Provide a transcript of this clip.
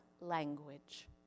language